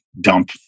dump